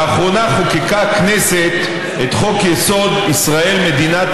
לאחרונה חוקקה הכנסת את חוק-יסוד: ישראל מדינת